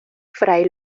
fray